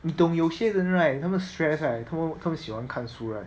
你懂有些人 right 他们 stress right 他们他们喜欢看书 right